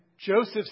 Joseph